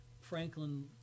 Franklin